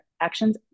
actions